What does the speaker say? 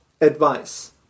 advice